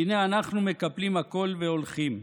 הינה, אנחנו מקפלים הכול והולכים.